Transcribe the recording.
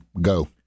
go